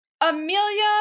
Amelia